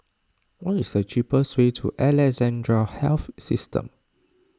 what is the cheapest way to Alexandra Health System